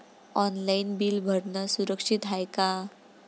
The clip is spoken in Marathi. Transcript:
ऑनलाईन बिल भरनं सुरक्षित हाय का?